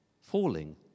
Falling